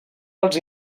dels